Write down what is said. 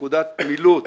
נקודת מילוט,